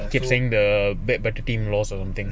keep saying the bad better team lost or something